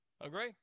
Agree